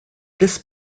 this